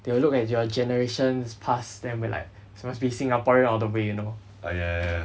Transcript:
they will look at your generations past then be like must be singaporean all the way you know